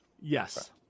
Yes